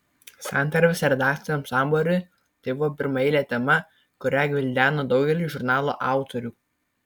santarvės redakciniam sambūriui tai buvo pirmaeilė tema kurią gvildeno daugelis žurnalo autorių